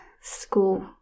school